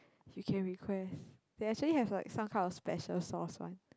you can request they actually have like some kind of special sauce one